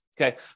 Okay